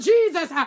Jesus